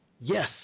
Yes